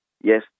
Yes